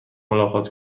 ملاقات